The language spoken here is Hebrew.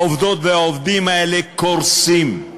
העובדות והעובדים האלה קורסים.